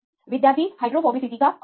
छात्र हाइड्रोफोबिसिटी का औसत